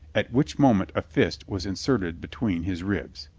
at which moment a fist was inserted between his ribs.